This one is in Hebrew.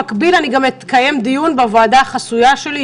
אני אקיים דיון במקביל בוועדה החסויה שלי,